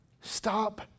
Stop